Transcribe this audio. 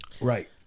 Right